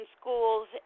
schools